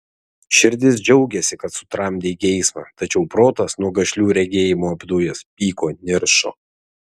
širdis džiaugėsi kad sutramdei geismą tačiau protas nuo gašlių regėjimų apdujęs pyko niršo